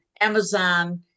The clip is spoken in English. Amazon